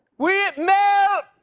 we mel?